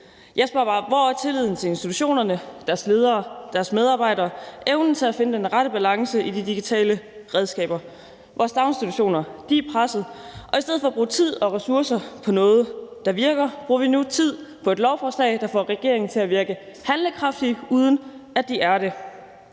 Jeg spørger bare: Hvor er tilliden til institutionerne, til deres ledere og deres medarbejdere og til evnen til at finde den rette balance i de digitale redskaber? Vores daginstitutioner er pressede, og i stedet for at bruge tid og ressourcer på noget, der virker, bruger vi nu tid på et lovforslag, der får regeringen til at virke handlekraftig, uden at den er det.